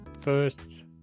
first